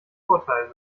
vorteil